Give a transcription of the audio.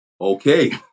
Okay